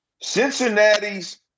Cincinnati's